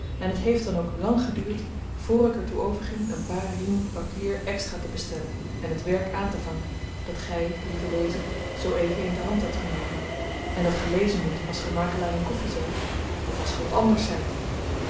en het heeft dan ook lang geduurd voor ik er toe overging een paar riem papier extra te bestellen en het werk aantevangen dat gy lieve lezer zoo-even in de hand hebt genomen en dat ge lezen moet als ge makelaar in koffi zyt of als ge wat anders zyt